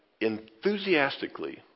enthusiastically